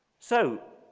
so,